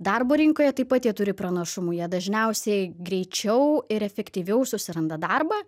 darbo rinkoje taip pat jie turi pranašumų jie dažniausiai greičiau ir efektyviau susiranda darbą